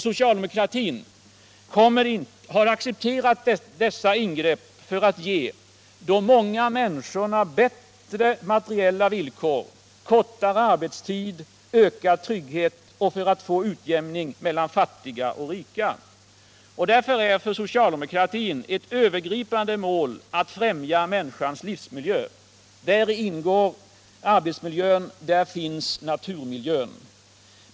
Socialdemokratin har accepterat dessa ingrepp för att ge de många människorna bättre materiella villkor, kortare arbetstid och ökad trygghet och för att få utjämning mellan fattiga och rika. För socialdemokratin är det därför ett övergripande mål att främja människans livsmiljö. Däri ingår arbetsmiljön. Där finns naturmiljön.